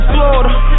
Florida